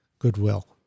goodwill